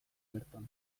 berton